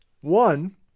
one